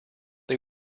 they